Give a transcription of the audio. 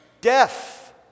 death